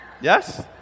Yes